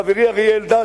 חברי אריה אלדד,